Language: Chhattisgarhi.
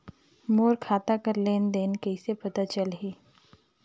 मोर खाता कर लेन देन कइसे पता चलही?